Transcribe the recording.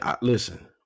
listen